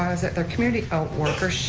the community outworker,